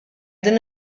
din